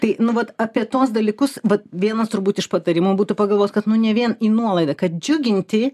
tai nu vat apie tuos dalykus vat vienas turbūt iš patarimų būtų pagalvos kad nu ne vien į nuolaidą kad džiuginti